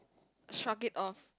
shrug it off